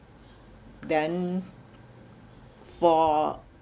then for